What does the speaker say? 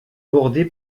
bordé